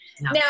Now